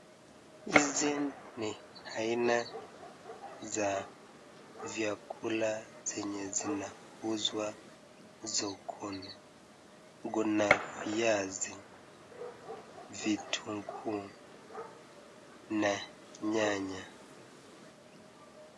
Hizi ni aina za chakula zenye zinauzwa sokoni Kuna viazi, vitunguu na nyanya.